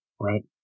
Right